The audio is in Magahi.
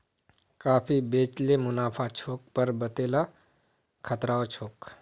काफी बेच ल मुनाफा छोक पर वतेला खतराओ छोक